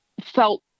felt